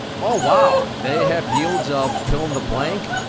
oh wow, they have yields of fill-in-the-blank?